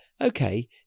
okay